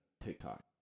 TikTok